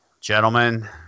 gentlemen